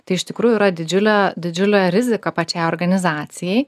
tai iš tikrųjų yra didžiulė didžiulė rizika pačiai organizacijai